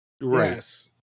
Yes